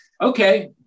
okay